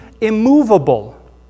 immovable